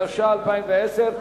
התש"ע 2010,